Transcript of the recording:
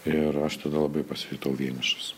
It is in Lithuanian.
ir aš tada labai pasijutau vienišas